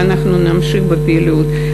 ואנחנו נמשיך בפעילות.